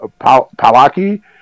Palaki